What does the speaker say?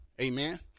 amen